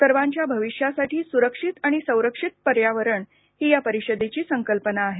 सर्वांच्या भविष्यासाठी सुरक्षित आणि संरक्षित पर्यावरण ही या परिषदेची संकल्पना आहे